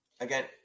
Again